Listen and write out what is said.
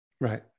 Right